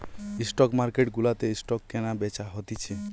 stock market গুলাতে stock কেনা বেচা হতিছে